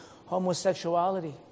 homosexuality